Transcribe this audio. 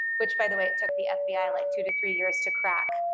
which by the way it took the fbi like two to three years to crack,